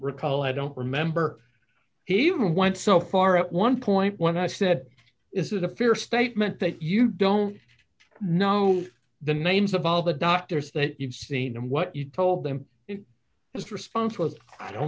recall i don't remember he even went so far at one point when i said is it a fair statement that you don't know the names of all the doctors that you've seen and what you told them it is the response was i don't